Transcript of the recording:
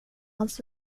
hans